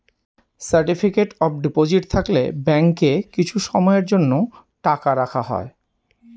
certificate of deposit থাকলে ব্যাঙ্কে কিছু সময়ের জন্য টাকা রাখা হয়